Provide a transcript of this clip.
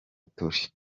toure